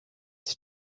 sich